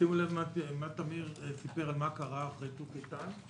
שימו לב למה שתמיר סיפר על מה שקרה אחרי צוק איתן.